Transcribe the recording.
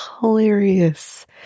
hilarious